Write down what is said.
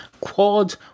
Quad